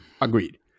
Agreed